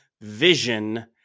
vision